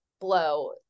blow